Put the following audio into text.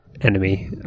enemy